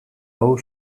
hau